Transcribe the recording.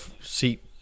seat